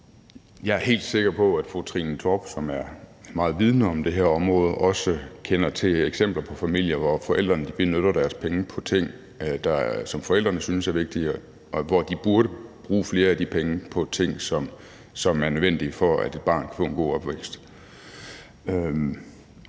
Jeg er helt sikker på, at fru Trine Torp, som er meget vidende om det her område, også kender til eksempler på familier, hvor forældrene bruger deres penge på ting, som forældrene synes er vigtige, hvor de burde bruge flere af de penge på ting, som er nødvendige for, at et barn kan få en god opvækst.